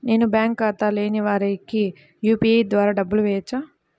నేను బ్యాంక్ ఖాతా లేని వారికి యూ.పీ.ఐ ద్వారా డబ్బులు వేయచ్చా?